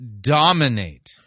dominate